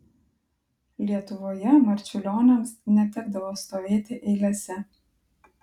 lietuvoje marčiulioniams netekdavo stovėti eilėse